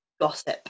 gossip